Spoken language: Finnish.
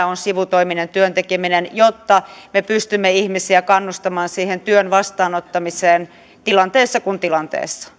on sivutoiminen työn tekeminen jotta me pystymme ihmisiä kannustamaan siihen työn vastaanottamiseen tilanteessa kuin tilanteessa